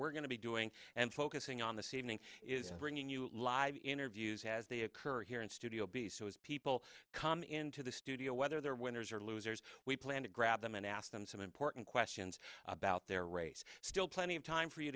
we're going to be doing and focusing on the ceiling is bringing you live interviews as they occur here in studio b so as people come into the studio whether they're winners or losers we plan to grab them and ask them some important questions about their race still plenty of time for you